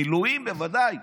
מילואים בוודאי.